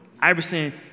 Iverson